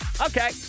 Okay